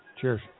Cheers